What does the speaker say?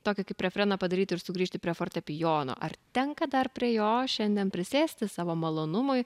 tokį kaip refreną padaryt ir sugrįžti prie fortepijono ar tenka dar prie jo šiandien prisėsti savo malonumui